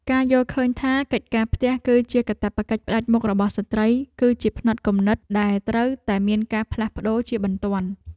ការយល់ឃើញថាកិច្ចការផ្ទះគឺជាកាតព្វកិច្ចផ្តាច់មុខរបស់ស្ត្រី គឺជាផ្នត់គំនិតដែលត្រូវតែមានការផ្លាស់ប្តូរជាបន្ទាន់។